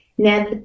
Now